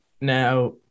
Now